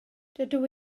dydw